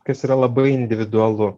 kas yra labai individualu